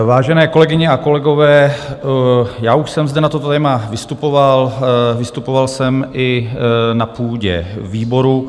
Vážené kolegyně a kolegové, já už jsem zde na toto téma vystupoval, vystupoval jsem i na půdě výboru.